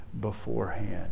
beforehand